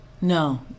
No